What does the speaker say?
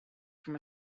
from